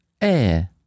Air